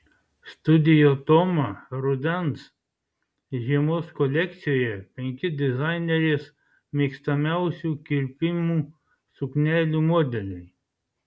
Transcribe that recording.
studio toma rudens žiemos kolekcijoje penki dizainerės mėgstamiausių kirpimų suknelių modeliai